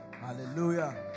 Hallelujah